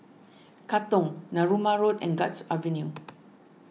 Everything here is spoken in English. Katong Narooma Road and Guards Avenue